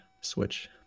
switch